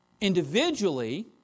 individually